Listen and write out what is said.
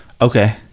Okay